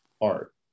art